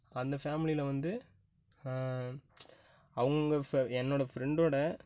அந்த ஃபேம்லியில் வந்து அவங்க ஃப என்னோடய ஃப்ரெண்டோடய